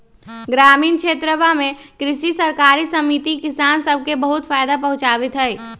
ग्रामीण क्षेत्रवा में कृषि सरकारी समिति किसान सब के बहुत फायदा पहुंचावीत हई